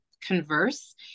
converse